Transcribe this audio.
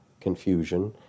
confusion